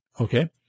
okay